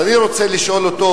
אני רוצה לשאול אותו,